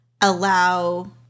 allow